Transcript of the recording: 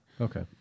Okay